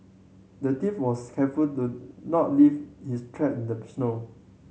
the thief was careful to not leave his track in the snow